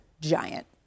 giant